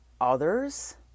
others